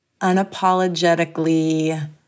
unapologetically